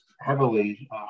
heavily